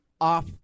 off